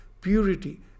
purity